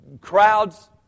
crowds